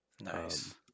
Nice